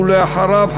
ואחריו,